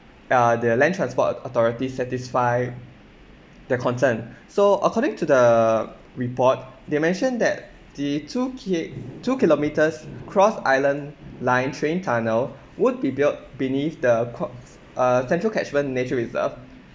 uh their land transport authority satisfy their concern so according to the report they mentioned that the two ki~ two kilometres cross island line train tunnel would be built beneath the ca~ uh central catchment nature reserve